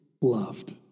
loved